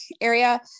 area